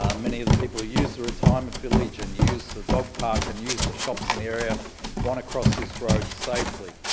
um many of the people who use the retirement village and use the dog park and use the shops in the area want to cross this road safely.